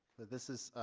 this is